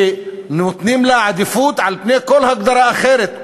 ונותנים לה עדיפות על פני כל הגדרה אחרת,